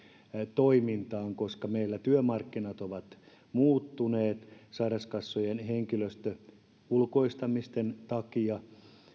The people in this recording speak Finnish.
toimintaan koska meillä työmarkkinat ovat muuttuneet ja sairaskassojen henkilöstö ulkoistamisten takia